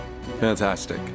Fantastic